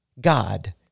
God